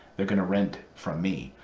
they're going to rent from me,